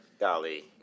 Golly